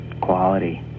quality